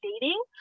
dating